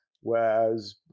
whereas